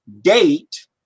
date